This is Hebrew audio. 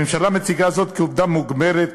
הממשלה מציגה זאת כעובדה מוגמרת,